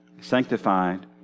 sanctified